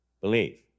believe